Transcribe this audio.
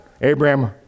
Abraham